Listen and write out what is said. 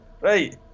right